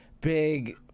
big